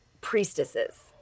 priestesses